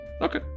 Okay